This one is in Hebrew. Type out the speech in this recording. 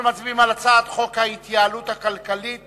אנחנו מצביעים על הצעת חוק ההתייעלות הכלכלית